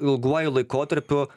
ilguoju laikotarpiu